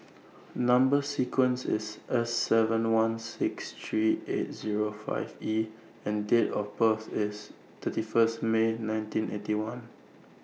Number sequence IS S seven one six three eight Zero five E and Date of birth IS thirty First May nineteen Eighty One